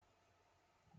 孙女